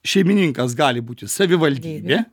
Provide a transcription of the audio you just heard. šeimininkas gali būti savivaldybė